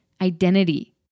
identity